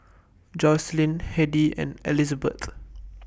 Joycelyn Hedy and Elisabeth